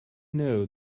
know